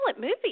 movie